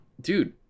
dude